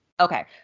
Okay